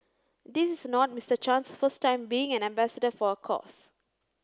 this is not Mister Chan's first time being an ambassador for a cause